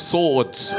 Swords